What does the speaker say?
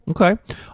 Okay